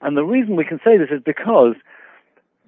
and the reason we can say this is because